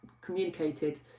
communicated